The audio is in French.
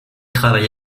travaille